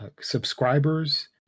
subscribers